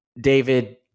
David